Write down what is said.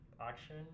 action